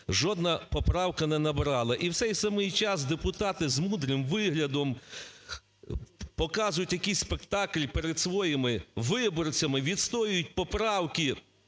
жодна поправка не набрала. І в цей самий час депутати з мудрим виглядом показують якийсь спектакль перед своїми виборцями, відстоюють поправки,